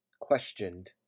questioned